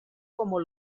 como